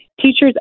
teachers